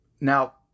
Now